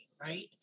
right